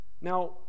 Now